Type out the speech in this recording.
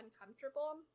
uncomfortable